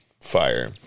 fire